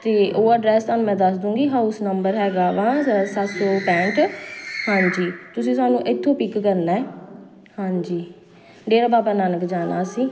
ਅਤੇ ਉਹ ਐਡਰੈੱਸ ਤੁਹਾਨੂੰ ਮੈਂ ਦੱਸ ਦੂੰਗੀ ਹਾਊਸ ਨੰਬਰ ਹੈਗਾ ਵਾ ਸੱਤ ਸੌ ਪੈਂਹਠ ਹਾਂਜੀ ਤੁਸੀਂ ਸਾਨੂੰ ਇੱਥੋਂ ਪਿੱਕ ਕਰਨਾ ਹਾਂਜੀ ਡੇਰਾ ਬਾਬਾ ਨਾਨਕ ਜਾਣਾ ਅਸੀਂ